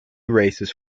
races